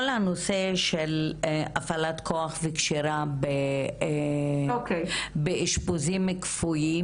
כל הנושא של הפעלת כוח וקשירה באשפוזים כפויים